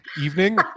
evening